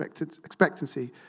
expectancy